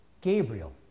Gabriel